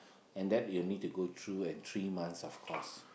and then you need to go through a three months of course